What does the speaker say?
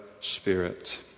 Spirit